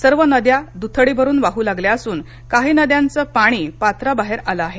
सर्व नद्या दुथडी भरून वाहू लागल्या असून काही नद्यांचे पाणी पात्राबाहेर आले आहे